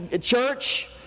Church